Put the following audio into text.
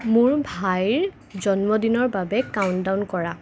মোৰ ভাইৰ জন্মদিনৰ বাবে কাউণ্টডাউন কৰা